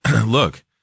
look